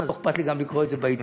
לא אכפת לי גם לקרוא את זה בעיתון.